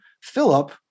Philip